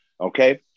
okay